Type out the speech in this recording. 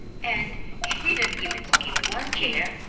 and she didn't even skip one chair!